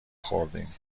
خوردیم